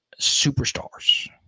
superstars